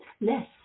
less